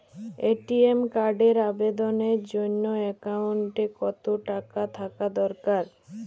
ATM কার্ডের আবেদনের জন্য অ্যাকাউন্টে কতো টাকা থাকা দরকার?